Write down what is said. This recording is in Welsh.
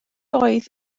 oedd